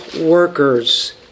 workers